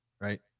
right